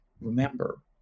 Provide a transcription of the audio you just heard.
Remember